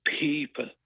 people